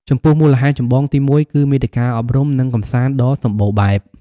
ចំពោះ មូលហេតុចម្បងទីមួយគឺ មាតិកាអប់រំ និងកម្សាន្តដ៏សម្បូរបែប។